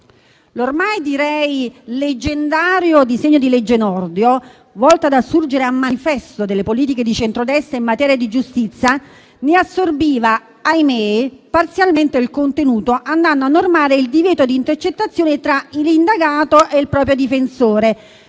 L'ormai, direi leggendario, disegno di legge Nordio, volto ad assurgere a manifesto delle politiche di centrodestra in materia di giustizia, ne assorbiva, ahimè, parzialmente, il contenuto, andando a normare il divieto di intercettazione tra l'indagato e il proprio difensore,